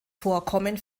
vorkommen